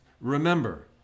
Remember